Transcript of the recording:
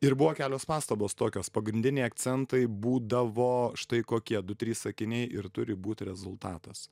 ir buvo kelios pastabos tokios pagrindiniai akcentai būdavo štai kokie du trys sakiniai ir turi būt rezultatas